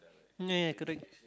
correct